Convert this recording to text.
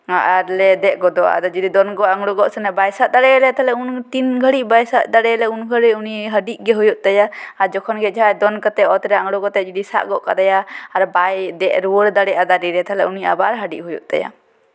ᱟᱨ ᱞᱮ ᱫᱮᱡ ᱜᱚᱫᱚᱜ ᱟᱞᱮ ᱟᱨ ᱡᱩᱫᱤ ᱫᱚᱱ ᱜᱚᱫ ᱟᱲᱜᱳ ᱜᱚᱫ ᱥᱚᱢᱚᱭ ᱵᱟᱭ ᱥᱟᱵ ᱫᱟᱲᱮᱭᱟᱞᱮᱭᱟ ᱛᱟᱦᱞᱮ ᱛᱤᱱ ᱜᱷᱟᱹᱲᱤᱡ ᱵᱟᱭ ᱥᱟᱵ ᱫᱟᱲᱮᱭᱟᱞᱮ ᱩᱱ ᱜᱷᱟᱹᱲᱤᱡ ᱩᱱᱤ ᱦᱟᱹᱰᱤᱜ ᱜᱮ ᱦᱩᱭᱩᱜ ᱛᱟᱭᱟ ᱟᱨ ᱡᱚᱠᱷᱚᱱ ᱜᱮ ᱡᱟᱦᱟᱸᱭ ᱫᱚᱱ ᱠᱟᱛᱮ ᱚᱛ ᱨᱮ ᱟᱲᱜᱳ ᱠᱟᱛᱮ ᱡᱩᱫᱤᱭ ᱥᱟᱵ ᱜᱚᱫ ᱠᱟᱫᱮᱭᱟ ᱟᱨ ᱵᱟᱭ ᱫᱮᱡ ᱨᱩᱣᱟᱹᱲ ᱫᱟᱲᱮᱭᱟᱜᱼᱟ ᱫᱟᱨᱮ ᱨᱮ ᱛᱟᱦᱞᱮ ᱩᱱᱤ ᱟᱵᱟᱨ ᱦᱟᱹᱰᱤᱜ ᱦᱩᱭᱩᱜ ᱛᱟᱭᱟ